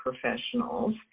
professionals